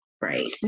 Right